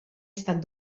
estat